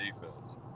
defense